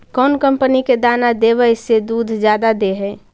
कौन कंपनी के दाना देबए से दुध जादा दे है?